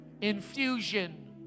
infusion